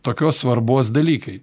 tokios svarbos dalykai